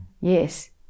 Yes